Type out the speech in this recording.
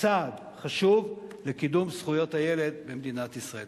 צעד חשוב, לקידום זכויות הילד במדינת ישראל.